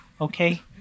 Okay